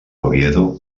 oviedo